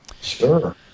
Sure